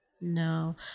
No